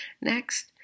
Next